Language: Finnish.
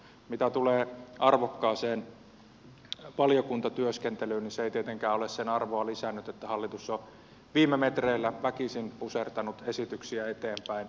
mitä tulee arvokkaaseen valiokuntatyöskentelyyn niin se ei tietenkään ole sen arvoa lisännyt että hallitus on viime metreillä väkisin pusertanut esityksiä eteenpäin